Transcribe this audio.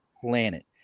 planet